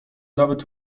nawet